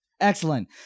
Excellent